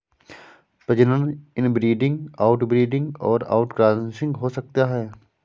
प्रजनन inbreeding, outbreeding और outcrossing हो सकता है